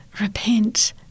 repent